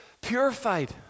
purified